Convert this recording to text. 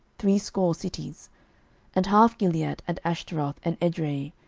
threescore cities and half gilead, and ashtaroth, and edrei,